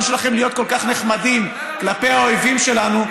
שלכם להיות כל כך נחמדים כלפי האויבים שלנו.